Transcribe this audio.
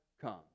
come